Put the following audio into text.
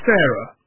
Sarah